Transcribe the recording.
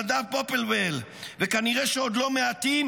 נדב פופלוול וכנראה שעוד לא מעטים,